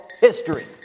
history